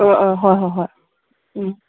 ꯑꯥ ꯑꯥ ꯍꯣꯏ ꯍꯣꯏ ꯍꯣꯏ ꯎꯝ